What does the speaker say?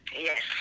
Yes